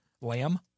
Lamb